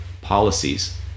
policies